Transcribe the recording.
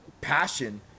passion